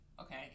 Okay